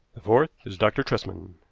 the fourth is dr. tresman.